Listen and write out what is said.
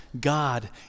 God